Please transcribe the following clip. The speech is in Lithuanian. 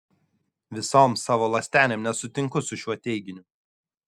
visom savo ląstelėm nesutinku su šiuo teiginiu